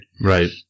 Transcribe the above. right